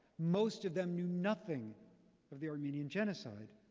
most of them knew nothing of the armenian genocide.